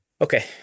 Okay